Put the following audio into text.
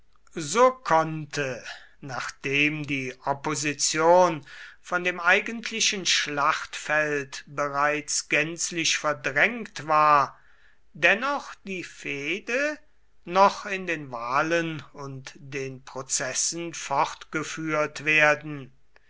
so konnte nachdem die opposition von dem eigentlichen schlachtfeld bereits gänzlich verdrängt war dennoch die fehde noch in den wahlen und den prozessen fortgeführt werden